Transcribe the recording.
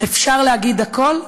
אפשר להגיד הכול?